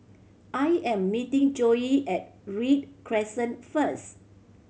I am meeting Joey at Read Crescent first